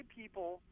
people